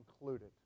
included